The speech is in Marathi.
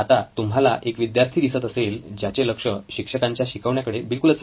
आता तुम्हाला एक विद्यार्थी दिसत असेल ज्याचे लक्ष शिक्षकांच्या शिकवण्याकडे बिलकुलच नाही